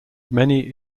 many